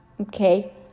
Okay